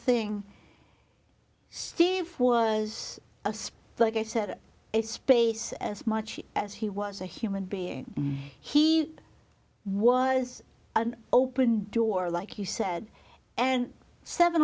thing steve was a spy like i said it's space as much as he was a human being he was an open door like you said and seven